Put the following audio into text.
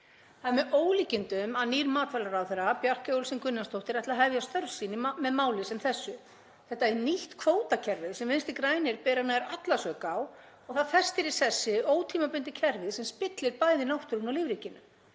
Það er með ólíkindum að nýr matvælaráðherra, Bjarkey Olsen Gunnarsdóttir, ætli að hefja störf sín með máli sem þessu. Þetta er nýtt kvótakerfi sem Vinstri grænir bera nær alla sök á. Það festir í sessi ótímabundið kerfi sem spillir bæði í náttúrunni og lífríkinu.